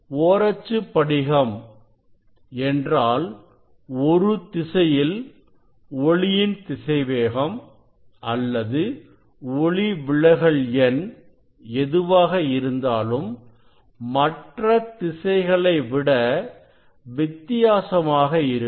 ஓரச்சுப் படிகம் என்றால் ஒரு திசையில் ஒளியின் திசைவேகம் அல்லது ஒளிவிலகல் எண் எதுவாக இருந்தாலும் மற்ற திசைகளை விட வித்தியாசமாக இருக்கும்